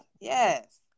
Yes